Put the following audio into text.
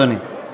אדוני.